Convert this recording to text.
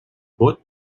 vot